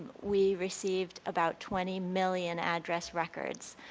we received about twenty million address records.